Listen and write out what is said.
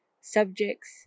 subjects